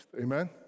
amen